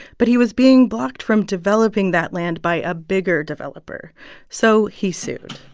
but he was being blocked from developing that land by a bigger developer so he sued.